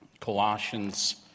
Colossians